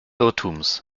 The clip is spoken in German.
irrtums